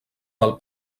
del